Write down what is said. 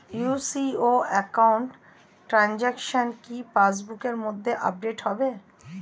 UCO account transaction কি পাস বুকের মধ্যে আপডেট হবে?